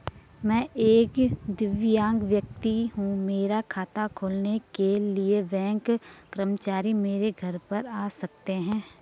मैं एक दिव्यांग व्यक्ति हूँ मेरा खाता खोलने के लिए बैंक कर्मचारी मेरे घर पर आ सकते हैं?